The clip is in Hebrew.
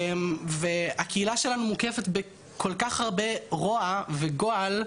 והקהילה שלנו מוקפת בכל כך הרבה רוע וגועל,